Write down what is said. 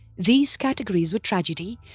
these categories were tragedy,